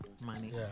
Money